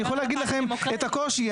אני יכול להגיד לכם את הקושי.